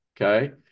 okay